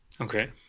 Okay